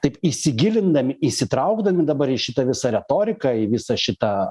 taip įsigilindami įsitraukdami dabar į šitą visą retoriką į visą šitą